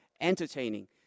entertaining